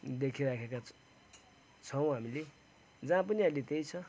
देखिराखेका छौँ हामीले जहाँ पनि अहिले त्यही छ